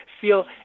feel